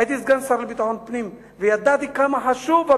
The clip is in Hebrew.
הייתי סגן שר לביטחון פנים וידעתי כמה חשובים